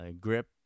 grip